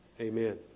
Amen